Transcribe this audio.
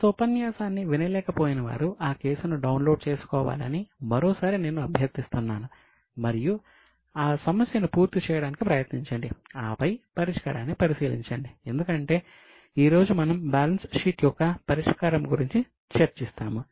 గత ఉపన్యాసాన్ని వినలేకపోయినవారు ఆ కేసును డౌన్లోడ్ చేసుకోవాలని మరోసారి నేను అభ్యర్థిస్తున్నాను మరియు ఆ సమస్యను పూర్తి చేయడానికి ప్రయత్నించండి ఆపై పరిష్కారాన్ని పరిశీలించండి ఎందుకంటే ఈ రోజు మనం బ్యాలెన్స్ షీట్ యొక్క పరిష్కారం గురించి చర్చిస్తాము